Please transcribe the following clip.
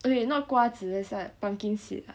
okay not 瓜子 that's what pumpkin seed ah